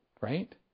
Right